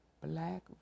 black